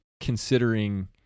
considering